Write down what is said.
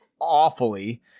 awfully